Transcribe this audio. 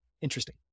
Interesting